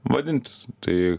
vadintis tai